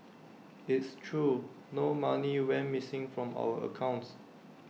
it's true no money went missing from our accounts